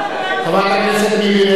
חברת הכנסת מירי רגב.